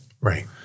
Right